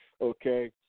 okay